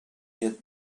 get